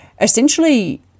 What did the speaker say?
essentially